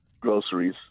groceries